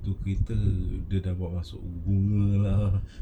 tu kereta dia bawa masuk bunga lah